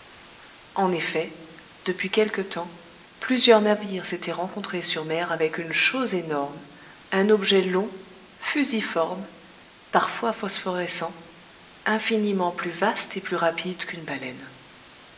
en effet depuis quelque temps plusieurs navires s'étaient rencontrés sur mer avec une chose énorme un objet long fusiforme parfois phosphorescent infiniment plus vaste et plus rapide qu'une baleine